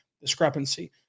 discrepancy